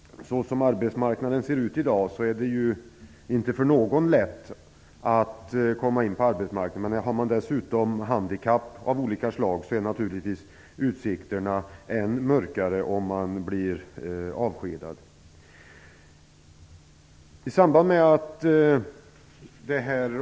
Som arbetsmarknaden i dag ser ut är det ju inte lätt för någon att komma in på arbetsmarknaden. För personer som dessutom har handikapp av olika slag är utsikterna naturligtvis ännu mörkare om de blir avskedade.